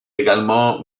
également